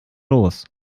los